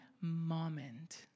moment